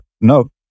No